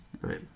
right